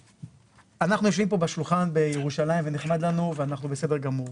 אנחנו יושבים פה בשולחן בירושלים ונחמד לנו ואנחנו בסדר גמור.